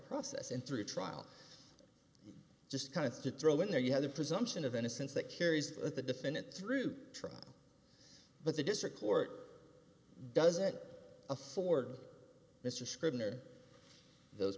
process and through trial just kind of to throw in there you have the presumption of innocence that carries the defendant through trial but the district court doesn't afford mr scribner those